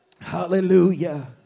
Hallelujah